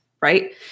right